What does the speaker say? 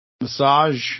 massage